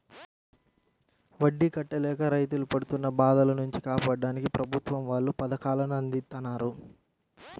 వడ్డీ కట్టలేక రైతులు పడుతున్న బాధల నుంచి కాపాడ్డానికి ప్రభుత్వం వాళ్ళు పథకాలను అందిత్తన్నారు